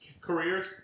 careers